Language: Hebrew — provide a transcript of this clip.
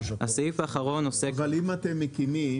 אבל אם אתם מקימים,